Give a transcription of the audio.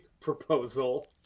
proposal